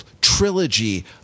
trilogy